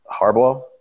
Harbaugh